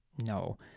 No